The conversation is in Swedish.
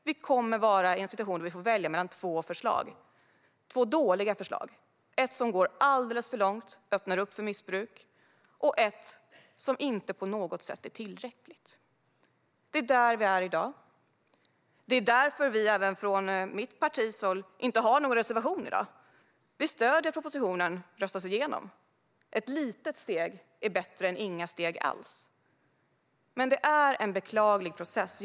Vi kommer att vara i en situation då vi får välja mellan två dåliga förslag: ett som går alldeles för långt och öppnar för missbruk och ett som inte på något sätt är tillräckligt. Det är där vi är i dag. Det är därför vi även från mitt parti, som inte har någon reservation i dag, stöder att propositionen röstas igenom. Ett litet steg är bättre än inga steg alls. Men det är en beklaglig process.